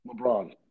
LeBron